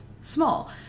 small